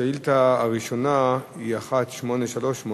השאילתא הראשונה היא שאילתא מס' 1838